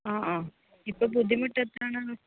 ആ ആ ഇപ്പോൾ ബുദ്ധിമുട്ടെന്താണ്